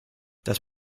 das